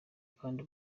kandi